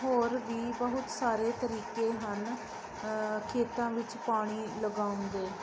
ਹੋਰ ਵੀ ਬਹੁਤ ਸਾਰੇ ਤਰੀਕੇ ਹਨ ਖੇਤਾਂ ਵਿੱਚ ਪਾਣੀ ਲਗਾਉਣ ਦੇ